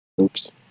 Oops